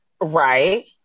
Right